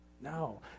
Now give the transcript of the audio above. No